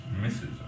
Misses